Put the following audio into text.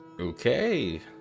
Okay